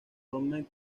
come